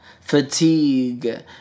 fatigue